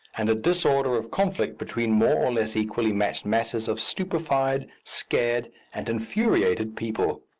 and a disorder of conflict between more or less equally matched masses of stupefied, scared, and infuriated people.